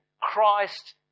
Christ